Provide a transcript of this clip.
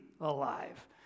alive